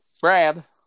Brad